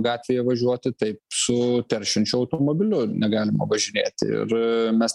gatvėje važiuoti taip su teršiančiu automobiliu negalima važinėti ir mes